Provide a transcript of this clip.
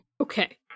Okay